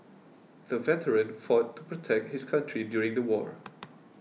the veteran fought to protect his country during the war